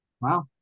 Wow